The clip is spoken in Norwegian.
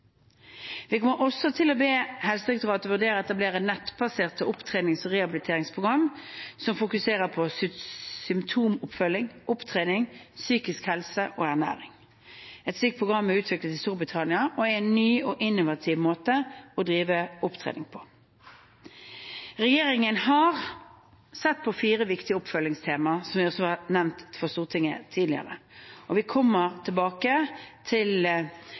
Vi kommer også til å be Helsedirektoratet vurdere å etablere et nettbasert opptrenings- og rehabiliteringsprogram som skal fokusere på symptomoppfølging, opptrening, psykisk helse og ernæring. Et slikt program er utviklet i Storbritannia og er en ny og innovativ måte å drive opptrening på. Regjeringen har sett på fire viktige oppfølgingstemaer, som jeg også har nevnt for Stortinget tidligere, og vi kommer tilbake til